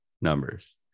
numbers